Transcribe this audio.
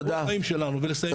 בסדר גמור.